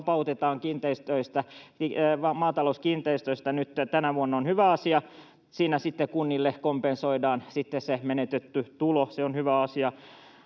maatalouskiinteistöt nyt tänä vuonna, on hyvä asia. Siinä sitten kunnille kompensoidaan se menetetty tulo, se on hyvä asia.